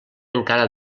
encara